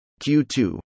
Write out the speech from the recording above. Q2